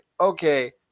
okay